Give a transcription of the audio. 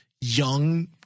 young